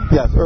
Yes